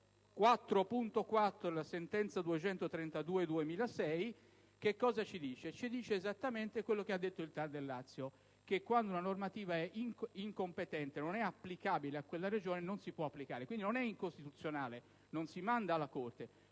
2006 della Corte costituzionale che cosa dice? Ci dice esattamente quanto ha detto il TAR del Lazio, ossia che quando una normativa è incompetente, non è applicabile a quella Regione, ossia non si può applicare. Quindi, non è incostituzionale, non si manda alla Corte